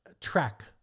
track